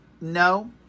No